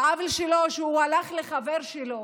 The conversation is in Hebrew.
העוול שלו הוא שהוא הלך לחבר שלו